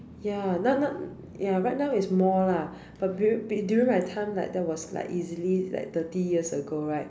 ya now now ya right now is more lah but during my time like that was like easily thirty years ago right